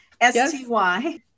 S-T-Y